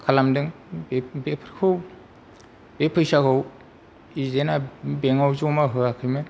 खालामदों बे बेफोरखौ बे फैसाखौ एजेन्ट आ बेंक आव जमा होआखैमोन